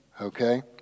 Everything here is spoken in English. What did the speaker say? okay